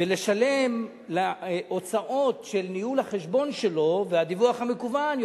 ולשלם הוצאות של ניהול החשבון שלו והדיווח המקוון,